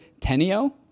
Tenio